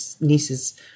niece's